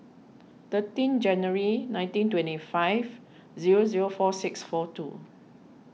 thirteen January nineteen twenty five zero zero four six four two